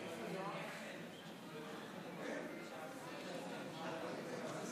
אם היינו שמים רגע את הניירות